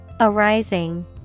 Arising